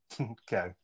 Okay